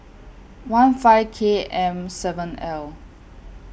one five K M seven L